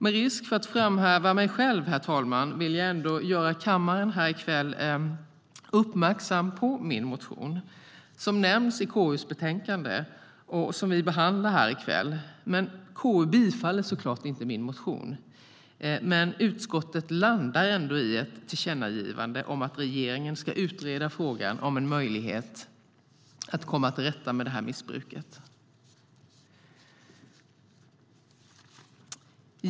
Med risk för att framhäva mig själv, herr talman, vill jag ändå göra kammaren uppmärksam på min motion, som nämns i KU:s betänkande, som vi behandlar här i kväll. KU bifaller såklart inte min motion, men utskottet landar ändå i ett tillkännagivande om att regeringen ska utreda frågan om en möjlighet att komma till rätta med det här missbruket.